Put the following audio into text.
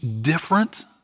different